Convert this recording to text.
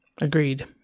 Agreed